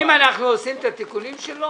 אם אנחנו עושים את התיקונים שלו,